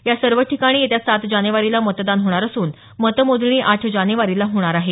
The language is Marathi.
या सर्व ठिकाणी येत्या सात जानेवारीला मतदान होणार असून मतमोजणी आठ जानेवारीला होणार आहे